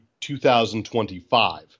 2025